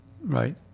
right